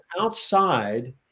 outside